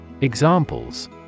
Examples